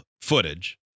footage